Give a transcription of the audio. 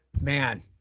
man